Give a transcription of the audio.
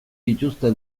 dituzte